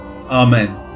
Amen